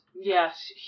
Yes